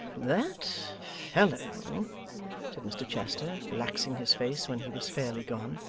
that fellow said mr chester, relaxing his face when he was fairly gone,